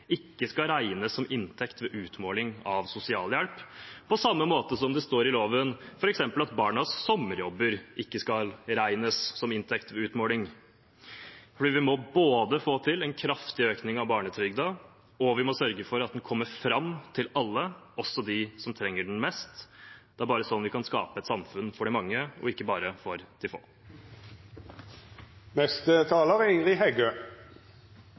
ikke skal regnes som inntekt ved utmåling av sosialhjelp, på samme måte som det står i loven f.eks. at barnas sommerjobber ikke skal regnes som inntekt ved utmåling. Vi må få til en kraftig økning i barnetrygden, og vi må sørge for at den kommer fram til alle, også dem som trenger den mest. Det er bare sånn vi kan skape et samfunn for de mange og ikke bare for de